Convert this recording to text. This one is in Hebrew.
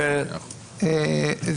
עוד סוגיה: